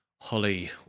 Holly